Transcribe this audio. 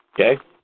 Okay